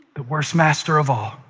the worst master of all